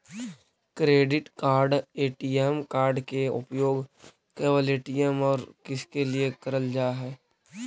Credit card ATM card के उपयोग केवल ए.टी.एम और किसके के लिए करल जा है?